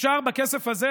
אפשר בכסף הזה,